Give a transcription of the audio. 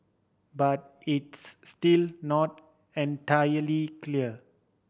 but it's still not entirely clear